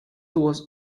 was